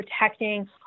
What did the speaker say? protecting